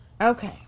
Okay